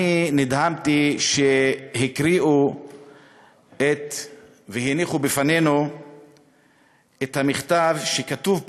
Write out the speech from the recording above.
אני נדהמתי כשהקריאו והניחו בפנינו את המכתב שכתוב פה: